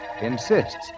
insists